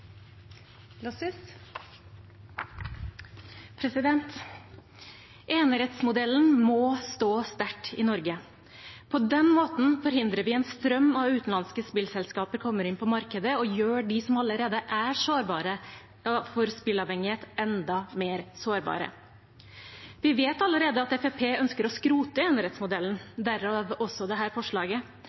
Enerettsmodellen må stå sterkt i Norge. På den måten forhindrer vi at en strøm av utenlandske spillselskaper kommer inn på markedet og gjør dem som allerede er sårbare for spillavhengighet, enda mer sårbare. Vi vet allerede at Fremskrittspartiet ønsker å skrote enerettsmodellen – derfor dette forslaget